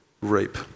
reap